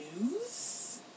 news